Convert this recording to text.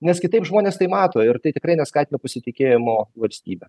nes kitaip žmonės tai mato ir tai tikrai neskatina pasitikėjimo valstybe